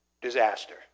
disaster